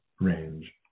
range